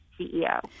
CEO